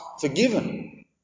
Forgiven